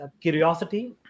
curiosity